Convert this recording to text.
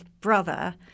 brother